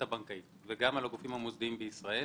הבנקאית וגם על הגופים המוסדיים בישראל